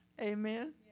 Amen